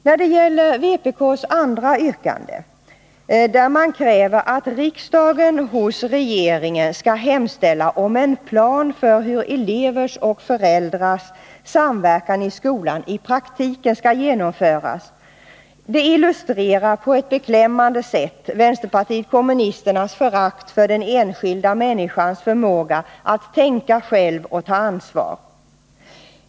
Yrkande 2 i vpk-motionen, där man kräver att riksdagen hos regeringen skall hemställa om en plan för hur elevers och föräldrars samverkan i skolan i praktiken skall genomföras, illustrerar på ett beklämmande sätt vänsterpartiet kommunisternas förakt för den enskilda människans förmåga att tänka själv och ta ansvar.